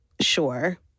sure